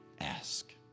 ask